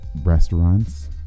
restaurants